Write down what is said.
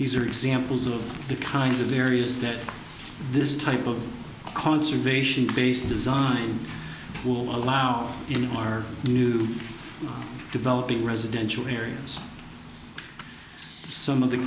these are examples of the kinds of areas that this type of conservation based design will allow in our new developing residential areas some of the